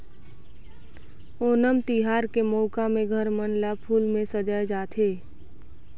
ओनम तिहार के मउका में घर मन ल फूल में सजाए जाथे